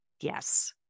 Yes